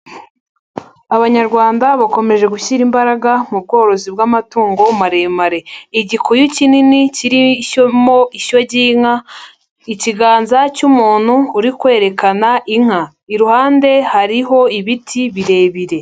Abanyarwanda bakomeje gushyira imbaraga mu bworozi bw'amatungo maremare, igikuyu kinini kirishyomo ishyo ry'inka, ikiganza cy'umuntu uri kwerekana inka, iruhande hariho ibiti birebire.